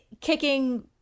kicking